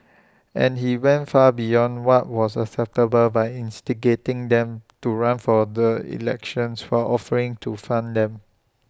and he went far beyond what was acceptable by instigating them to run for the elections for offering to fund them